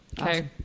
Okay